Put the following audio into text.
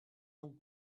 donc